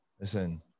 Listen